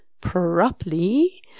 properly